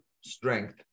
strength